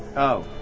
oh.